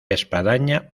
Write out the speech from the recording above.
espadaña